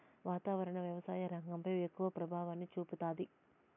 వాతావరణం వ్యవసాయ రంగంపై ఎక్కువ ప్రభావాన్ని చూపుతాది